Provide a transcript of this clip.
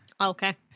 Okay